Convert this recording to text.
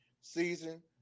season